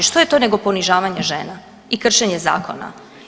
Što je to nego ponižavanje žena i kršenje zakona?